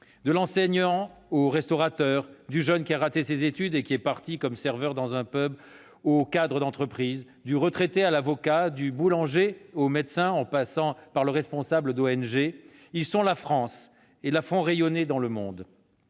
De l'enseignant au restaurateur, du jeune qui a raté ses études et qui est parti comme serveur dans un pub au cadre d'entreprise, du retraité à l'avocat, du boulanger au médecin, en passant par le responsable d'ONG, ils sont la France et font rayonner notre